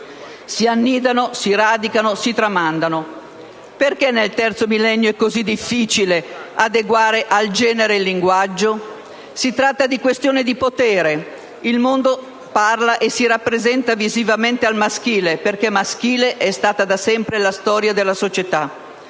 Si annidano, si radicano, si tramandano. Perché nel terzo millennio è così difficile adeguare al genere il linguaggio? Si tratta di una questione di potere. Il mondo parla e si rappresenta visivamente al maschile, perché maschile è stata da sempre la storia della società.